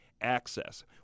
access